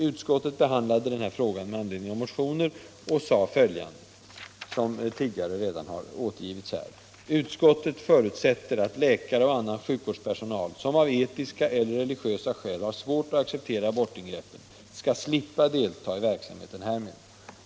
Utskottet behandlade denna fråga med anledning av motioner och sade - som redan har nämnts här — i sitt betänkande att utskottet förutsatte ”att läkare och annan sjukvårdspersonal, som av etiska eller religiösa skäl har svårt att acceptera abortingrepp, skall slippa delta i verksamheten härmed —---.